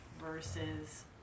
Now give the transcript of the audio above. versus